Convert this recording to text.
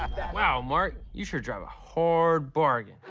wow, marc. you sure drive a hard bargain.